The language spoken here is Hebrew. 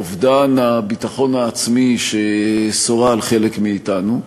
אובדן הביטחון העצמי ששורים על חלק מאתנו.